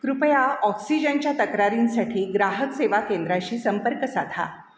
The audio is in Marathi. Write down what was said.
कृपया ऑक्सिजनच्या तक्रारींसाठी ग्राहक सेवा केंद्राशी संपर्क साधा